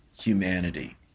humanity